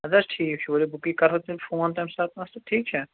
اَدٕ حظ ٹھیٖک چھُ ؤلِو بٕے کَرہو تۅہہِ فون تَمہِ ساتن ٹھیٖک چھا